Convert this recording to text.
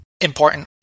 important